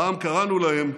פעם קראנו להם,